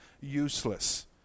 useless